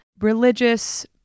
religious